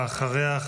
ואחריה,